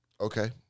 Okay